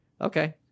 Okay